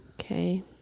Okay